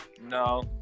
no